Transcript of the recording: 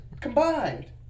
combined